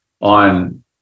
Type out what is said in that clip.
on